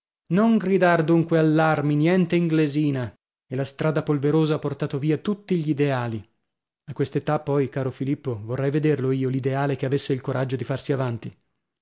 non gridar dunque all'armi niente inglesina e la strada polverosa ha portato via tutti gl'ideali a quest'età poi caro filippo vorrei vederlo io l'ideale che avesse il coraggio di farsi avanti